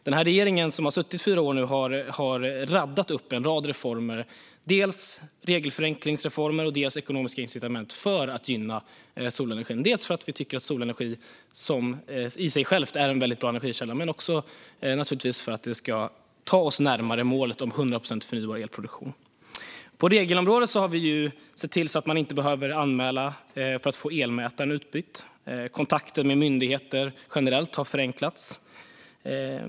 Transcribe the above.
Den regering som nu har suttit i fyra år har gjort en rad reformer, både regelförenklingsreformer och ekonomiska incitament för att gynna solenergin. Det handlar dels om att vi tycker att solenergin i sig själv är en väldigt bra energikälla, dels om att vi vill komma närmare målet om 100 procent förnybar elproduktion. På regelområdet har vi sett till att man inte behöver anmäla för att få elmätaren utbytt. Kontakter med myndigheter generellt har förenklats.